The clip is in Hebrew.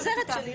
בסנאט האמריקאי,